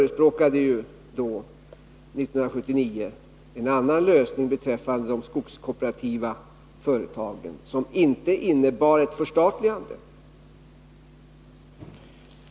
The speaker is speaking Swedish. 1979 förespråkade jag ju beträffande de skogskooperativa företagen en annan lösning, som inte innebar ett förstatligande.